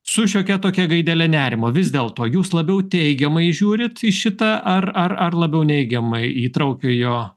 su šiokia tokia gaidele nerimo vis dėl to jūs labiau teigiamai žiūrit į šitą ar ar ar labiau neigiamai į įtraukiojo